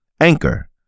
Anchor